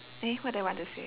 eh what did I want to say